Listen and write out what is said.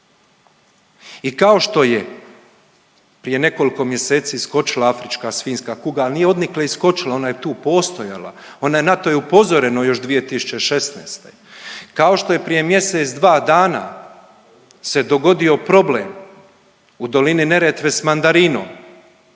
I kao što je prije nekoliko mjeseci iskočila afrička svinjska kuga, ali nije odnikle iskočila, ona je tu postojala, ona je na to i upozoreno još 2016., kao to je prije mjesec, dva dana se dogodio problem u dolini Neretve s mandarinom,